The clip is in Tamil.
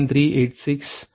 386 0